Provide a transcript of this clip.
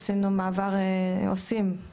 עשינו מעבר ל-gov.il